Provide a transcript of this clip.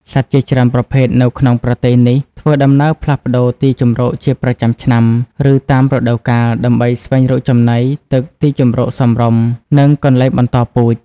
សត្វជាច្រើនប្រភេទនៅក្នុងប្រទេសនេះធ្វើដំណើរផ្លាស់ប្តូរទីជម្រកជាប្រចាំឆ្នាំ ឬតាមរដូវកាល ដើម្បីស្វែងរកចំណី ទឹក ទីជម្រកសមរម្យ និងកន្លែងបន្តពូជ។